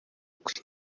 kwe